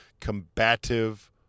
combative